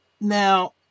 Now